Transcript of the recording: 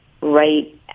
right